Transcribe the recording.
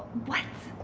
what?